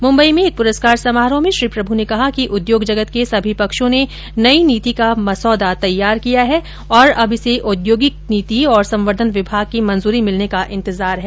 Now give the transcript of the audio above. मुम्बई में एक पुरस्कार समारोह में श्री प्रभु ने कहा कि उद्योग जगत के सभी पक्षों ने नई नीति का मसौदा तैयार किया है और अब इसे औद्योगिकी नीति और संवर्धन विभाग की मंजूरी मिलने का इंतजार है